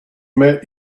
met